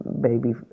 baby